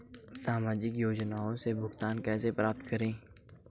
सामाजिक योजनाओं से भुगतान कैसे प्राप्त करें?